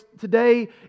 today